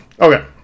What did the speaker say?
Okay